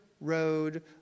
road